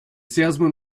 salesman